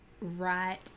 right